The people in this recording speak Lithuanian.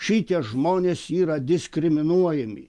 šitie žmonės yra diskriminuojami